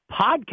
podcast